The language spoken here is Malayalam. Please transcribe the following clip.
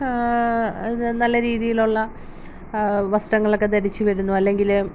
നല്ല രീതിയിലുള്ള വസ്ത്രങ്ങളൊക്കെ ധരിച്ചു വരുന്നു അല്ലെങ്കിൽ